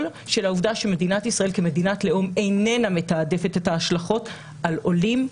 של העובדה שמדינת ישראל כמדינת לאום איננה מתעדפת את ההשלכות על עולים,